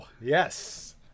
Yes